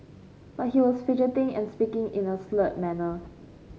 but he was fidgeting and speaking in a slurred manner